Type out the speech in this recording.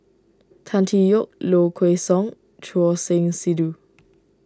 Tan Tee Yoke Low Kway Song Choor Singh Sidhu